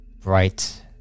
bright